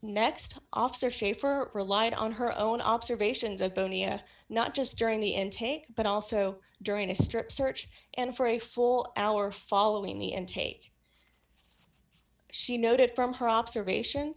next officer shaved her relied on her own observations of bunia not just during the intake but also during a strip search and for a full hour following the intake she noted from her observation